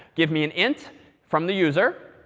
give me an int from the user.